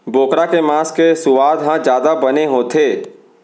बोकरा के मांस के सुवाद ह जादा बने होथे